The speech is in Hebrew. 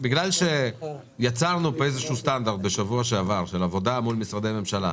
בגלל שיצרנו פה איזשהו סטנדרט בשבוע שעבר של עבודה מול משרדי ממשלה,